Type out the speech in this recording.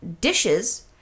dishes